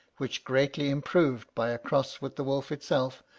which, greatly improved by a cross with the wolf itself,